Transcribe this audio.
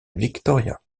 victoria